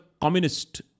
communist